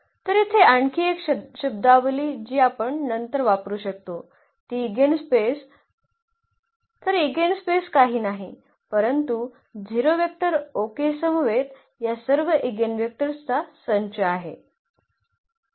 तर येथे आणखी एक शब्दावली जी आपण नंतर वापरू शकतो ती ईगेनस्पेस तर एगेनस्पेस काही नाही परंतु 0 वेक्टर ओके समवेत या सर्व ईगेनवेक्टर्सचा संच आहे